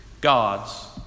God's